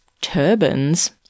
turbans